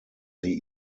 sie